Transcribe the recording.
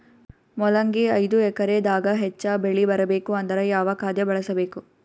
ಮೊಲಂಗಿ ಐದು ಎಕರೆ ದಾಗ ಹೆಚ್ಚ ಬೆಳಿ ಬರಬೇಕು ಅಂದರ ಯಾವ ಖಾದ್ಯ ಬಳಸಬೇಕು?